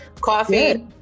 coffee